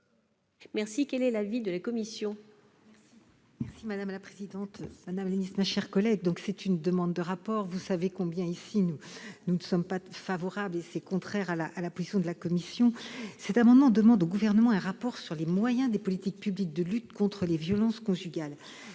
Quel est l'avis de la commission ?